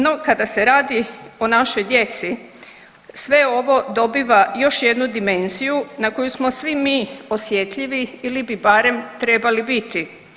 No, kada se radi o našoj djeci sve ovo dobiva još jednu dimenziju na koju smo svi mi osjetljivi ili bi barem trebali biti.